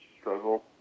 struggle